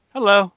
Hello